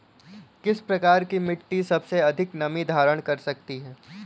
किस प्रकार की मिट्टी सबसे अधिक नमी धारण कर सकती है?